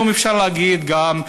היום אפשר להגיד גם,